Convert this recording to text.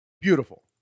beautiful